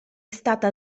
stata